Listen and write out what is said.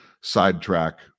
sidetrack